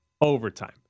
overtime